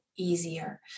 Easier